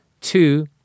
Two